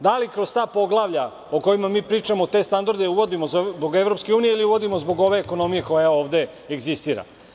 Da li kroz ta poglavlja o kojima mi pričamo, te standarde uvodimo zbog EU ili uvodimo zbog ove ekonomije koja ovde egzistira?